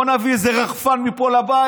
בוא נביא עוד איזה רחפן לבית,